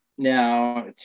Now